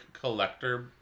collector